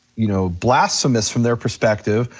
you know, blasphemous from their perspective.